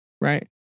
right